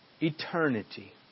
Eternity